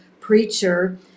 preacher